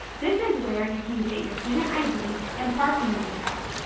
this is where you can get your student id and parking decal.